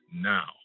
now